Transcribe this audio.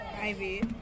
ivy